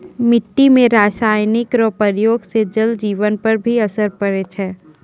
मिट्टी मे रासायनिक रो प्रयोग से जल जिवन पर भी असर पड़ै छै